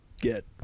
get